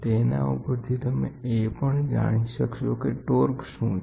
તેના ઉપરથી તમે એ પણ જાણી શકશો કે ટોર્ક શું છે